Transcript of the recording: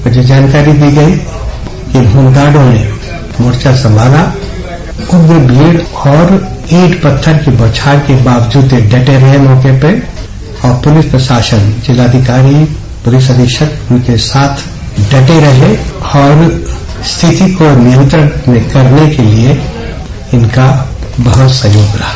और जो जानकारी दी गयी की होमगार्डो ने मोर्चा संभाला उग्र भीड़ और ईंट पत्थर के बावजूद ये डटे रहे मौके पे और पूलिस प्रशाशन जिलाधिकारी पूलिस अधीक्षक उनके साथ डटे रहे और स्थिति को नियंत्रण में करने के लिए इनका बहुत सहयोग रहा